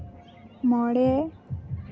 ᱢᱚᱬᱮ